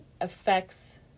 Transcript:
affects